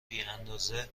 بیاندازه